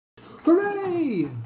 Hooray